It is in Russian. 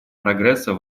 прогресса